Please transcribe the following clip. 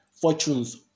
Fortunes